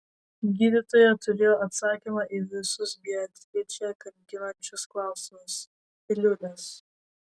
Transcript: gydytoja turėjo atsakymą į visus beatričę kankinančius klausimus piliulės